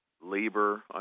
Labor